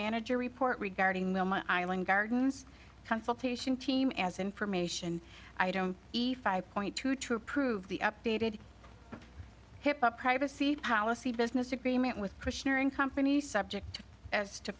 manager report regarding the island gardens consultation team as information i don't eat five point two to approve the updated hip up privacy policy business agreement with christian or in company subject as to